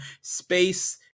space